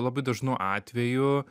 labai dažnu atveju